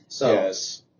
Yes